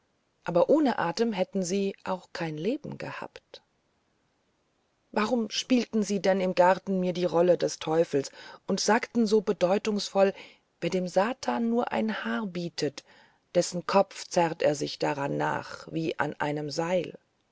aber ohne atem hätten sie auch kein leben gehabt warum spielten sie denn im garten bei mir die rolle des teufels und sagten so bedeutungsvoll wer dem satan nur ein haar bietet dessen kopf zerrt er sich daran nach wie an einem seil